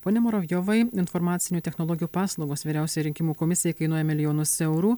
pone muravjovai informacinių technologijų paslaugos vyriausiai rinkimų komisijai kainuoja milijonus eurų